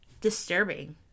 disturbing